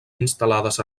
instal·lades